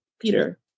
Peter